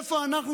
איפה אנחנו,